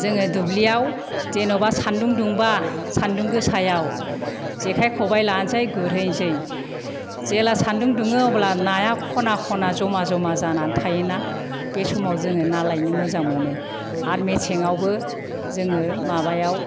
जोङो दुब्लियाव जेनबा सान्दुं दुंबा सान्दुं गोसायाव जेखाइ खबाइ लानोसै गुरहैनोसै जेब्ला सान्दुं दुङो अब्ला नाया खना खना जमा जमा जानानै थायो ना बे समाव ना लायनो जोङो मोजां मोनो आरो मेसेङावबो जोङो माबायाव